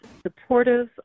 supportive